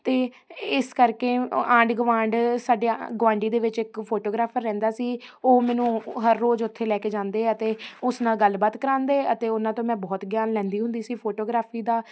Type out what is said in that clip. ਅਤੇ ਇਸ ਕਰਕੇ ਅ ਆਂਢ ਗਆਂਢ ਸਾਡੇ ਗੁਆਂਢੀ ਦੇ ਵਿੱਚ ਇੱਕ ਫੋਟੋਗ੍ਰਾਫਰ ਰਹਿੰਦਾ ਸੀ ਉਹ ਮੈਨੂੰ ਹਰ ਰੋਜ਼ ਉੱਥੇ ਲੈ ਕੇ ਜਾਂਦੇ ਅਤੇ ਉਸ ਨਾਲ ਗੱਲਬਾਤ ਕਰਾਵਾਉਂਦੇ ਅਤੇ ਉਹਨਾਂ ਤੋਂ ਮੈਂ ਬਹੁਤ ਗਿਆਨ ਲੈਂਦੀ ਹੁੰਦੀ ਸੀ ਫੋਟੋਗ੍ਰਾਫੀ ਦਾ